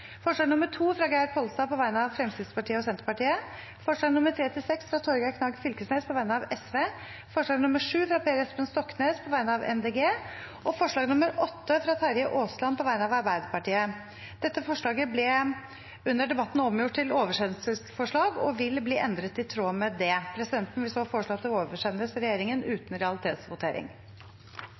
forslag nr. 2, fra Geir Pollestad på vegne av Fremskrittspartiet og Senterpartiet forslagene nr. 3–6, fra Torgeir Knag Fylkesnes på vegne av Sosialistisk Venstreparti forslag nr. 7, fra Per Espen Stoknes på vegne av Miljøpartiet De Grønne forslag nr. 8, fra Terje Aasland på vegne av Arbeiderpartiet Under debatten ble forslag nr. 8 omgjort til oversendelsesforslag. Forslaget lyder i endret form: «Det henstilles til regjeringen å sikre at utbetalingsløsningen i regi av Brønnøysundregistrene uten